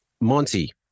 Monty